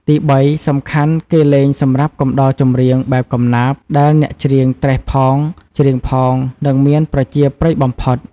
ទី៣ សំខាន់ គេលេងសម្រាប់កំដរចំរៀងបែបកំណាព្យ ដែលអ្នកច្រៀងត្រេះផង ច្រៀងផង និងមានប្រជាប្រិយបំផុត។